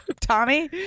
Tommy